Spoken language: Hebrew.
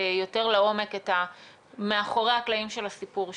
לעומק את מאחורי הקלעים של הסיפור שלכם.